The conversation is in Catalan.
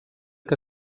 que